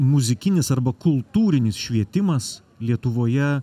muzikinis arba kultūrinis švietimas lietuvoje